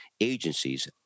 agencies